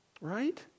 Right